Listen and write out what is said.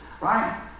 right